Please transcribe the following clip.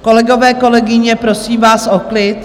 Kolegové, kolegyně, prosím vás o klid.